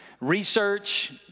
research